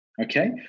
okay